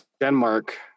Denmark